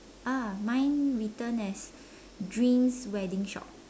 ah mine written as dreams wedding shop